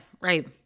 Right